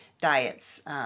diets